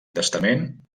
testament